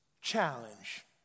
challenge